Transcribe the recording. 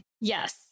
Yes